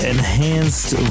Enhanced